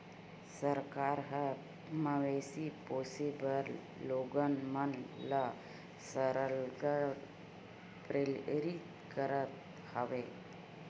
सरकार ह मवेशी पोसे बर लोगन मन ल सरलग प्रेरित करत हवय